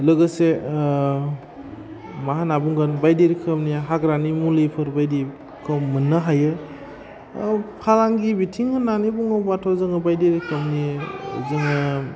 लोगोसे मा होन्ना बुंगोन बायदि रोखोमनि हाग्रानि मुलिफोर बायदिखौ मोन्नो हायो फालांगि बिथिं होन्नानै बुङोबाथ' जोङो बायदि रोखोमनि जोङो